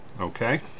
Okay